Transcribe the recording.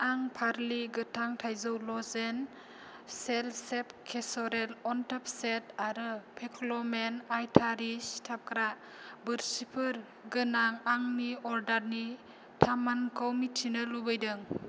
आं पारलि गोथां थाइजौ लजेन सेल' शेफ केसेर'ल अन्थोब सेट आरो फेकोलमेन आयतारि सिथाबग्रा बोरसिफोर गोनां आंनि अर्डारनि थामानखौ मिथिनो लुबैदों